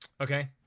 Okay